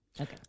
Okay